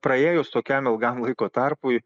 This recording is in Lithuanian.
praėjus tokiam ilgam laiko tarpui